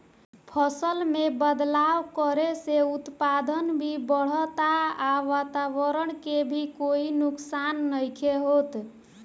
फसल में बदलाव करे से उत्पादन भी बढ़ता आ वातवरण के भी कोई नुकसान नइखे होत